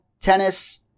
tennis